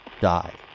die